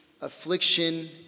affliction